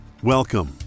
Welcome